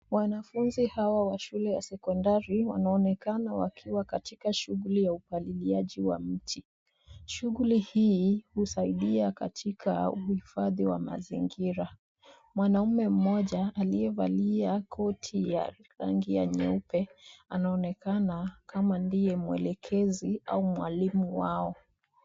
Wanafunzi hawa wa shule ya sekondari wanaonekana wakiwa katika shughuli ya upaliliaji wa miti. Shughuli hii husaidia katika uhifadhi wa mazingira. Mwanamume mmoja aliyevalia koti ya rangi ya nyeupe anaonekana kama ndiye mwelekezi au mwalimu wao.